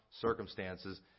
circumstances